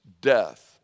death